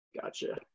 Gotcha